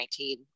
2019